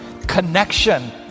connection